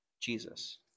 Jesus